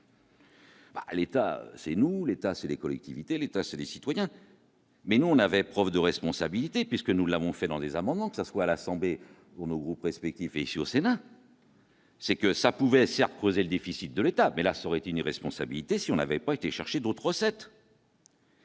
L'État c'est nous, l'État, c'est les collectivités, l'État, c'est des citoyens. Mais nous, on avait preuve de responsabilité, puisque nous l'avons fait dans les amendements que ça soit l'Assemblée où le groupe respectif et ici au Sénat. C'est que ça pouvait certes creusé le déficit de l'État mais là serait une irresponsabilité si on n'avait pas été chercher d'autres recettes.